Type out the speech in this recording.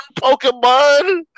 Pokemon